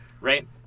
right